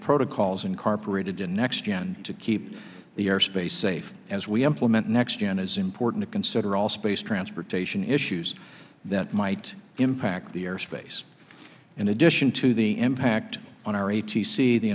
protocols and car paraded in next gen to keep the airspace safe as we implement next gen is important to consider all space transportation issues that might impact the airspace in addition to the impact on our a t c the